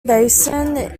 basin